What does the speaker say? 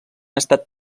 estat